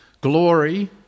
glory